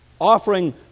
offering